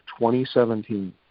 2017